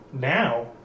now